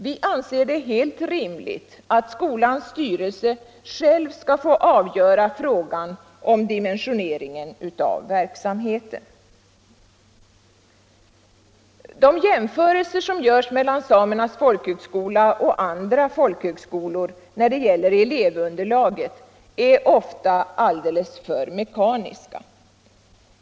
Vi anser det helt rimligt att skolans styrelse själv får avgöra frågan om dimensioneringen av verksamheten. De jämförelser som görs mellan Samernas folkhögskola och andra folkhögskolor när det gäller elevunderlaget är ofta alltför mekaniska.